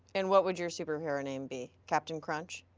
and what would your superhero name be? captain crunch,